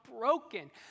broken